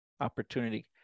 opportunity